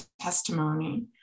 testimony